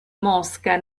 mosca